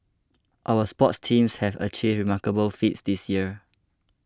our sports teams have achieved remarkable feats this year